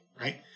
right